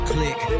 Click